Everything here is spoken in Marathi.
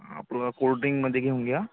आपलं कोल्ड्रिंकमध्ये घेऊन घ्या